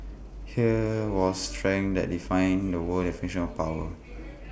here was strength that define the world's definition of power